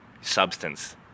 substance